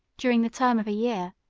during the term of a year,